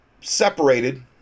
separated